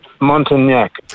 Montagnac